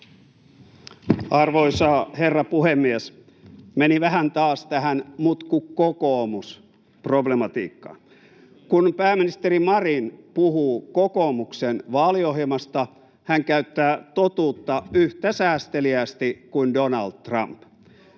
Arvoisa herra puhemies! Meni vähän taas tähän ”mutku kokoomus” ‑problematiikkaan. [Vasemmalta: Ei mennyt!] Kun pääministeri Marin puhuu kokoomuksen vaaliohjelmasta, hän käyttää totuutta yhtä säästeliäästi kuin Donald Trump.